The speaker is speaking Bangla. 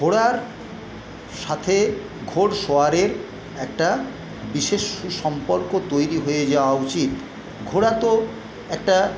ঘোড়ার সাথে ঘোড়সওয়ারের একটা বিশেষ সুসম্পর্ক তৈরি হয়ে যাওয়া উচিত ঘোড়া তো একটা